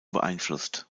beeinflusst